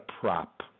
prop